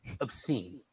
obscene